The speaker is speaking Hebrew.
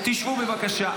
תשבו בבקשה.